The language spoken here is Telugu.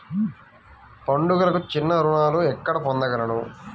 పండుగలకు చిన్న రుణాలు ఎక్కడ పొందగలను?